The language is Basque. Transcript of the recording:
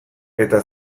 eta